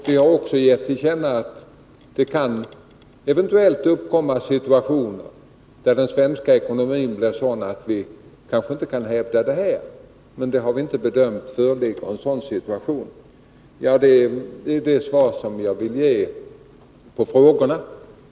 Vi har också gett till känna att det eventuellt kan uppkomma situationer där den svenska ekonomin blir sådan att vi kanske inte kan hävda dessa ramar, men vi har inte bedömt att det föreligger en sådan situation. Detta är det svar som jag vill ge på frågorna.